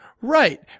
Right